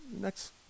next